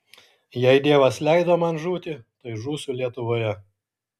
jei dievas leido man žūti tai žūsiu lietuvoje